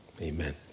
Amen